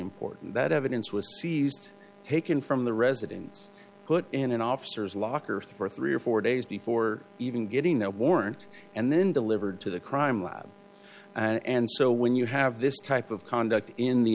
important that evidence was used taken from the residence put in an officer's locker for three or four days before even getting that warrant and then delivered to the crime lab and so when you have this type of conduct in the